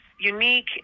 unique